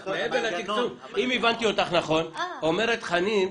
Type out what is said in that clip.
אם הבנתי אותה נכון, אומרת חנין,